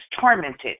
tormented